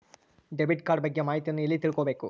Debit card ಬಗ್ಗೆ ಮಾಹಿತಿಯನ್ನ ಎಲ್ಲಿ ತಿಳ್ಕೊಬೇಕು?